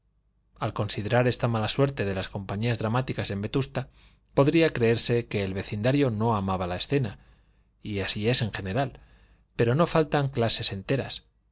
al considerar esta mala suerte de las compañías dramáticas en vetusta podría creerse que el vecindario no amaba la escena y así es en general pero no faltan clases enteras